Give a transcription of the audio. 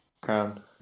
crown